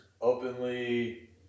openly